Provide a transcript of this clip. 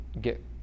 get